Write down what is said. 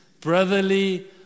Brotherly